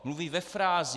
Mluví ve frázích.